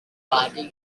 party